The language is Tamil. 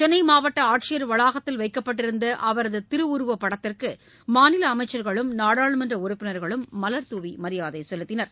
சென்னை மாவட்ட ஆட்சியர் வளாகத்தில் வைக்கப்பட்டிருந்த அவரது திருவுருவ படத்திற்கு மாநில அமைச்சர்களும் நாடாளுமன்ற உறுப்பினர்களுக்கும் மலர் தூவி மரியாதை செலுத்தினர்